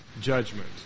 judgment